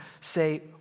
say